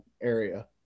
area